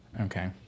Okay